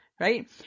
right